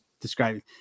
describing